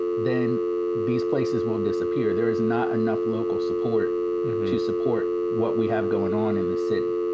then these places will disappear. there is not enough local support to support what we have going on in the city